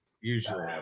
Usually